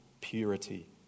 purity